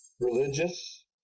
religious